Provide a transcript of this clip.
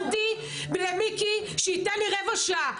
אני עכשיו התחננתי למיקי שייתן לי רבע שעה,